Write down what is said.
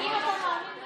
אם אתה מאמין בזה, זה יפה.